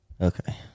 Okay